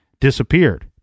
disappeared